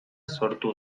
sortu